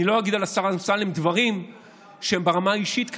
אני לא אגיד על השר אמסלם דברים שהם ברמה האישית כלפיו.